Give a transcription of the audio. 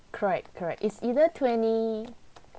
correct correct is either twenty